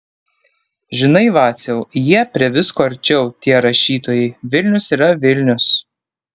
žinai vaciau jie prie visko arčiau tie rašytojai vilnius yra vilnius